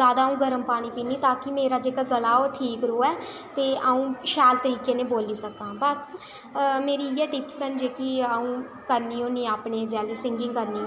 जादा अं' गरम पानी पीनी ताकी मेरा जेह्ड़ा गला ओह् ठीक रोहे ते अं'ऊ शैल तरीके कन्नै बोल्ली सकां बस मेरी इ'यै टिप्स न जेह्की अं'ऊ करनी होनी ऐं अपनी जेल्लै सिंगिंग करनी